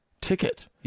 ticket